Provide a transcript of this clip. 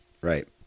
Right